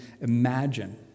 imagine